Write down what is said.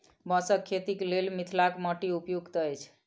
बाँसक खेतीक लेल मिथिलाक माटि उपयुक्त अछि